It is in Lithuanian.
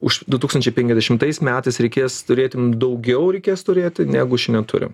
už du tūkstančiai penkiasdešimtais metais reikės turėti daugiau reikės turėti negu šiandien turim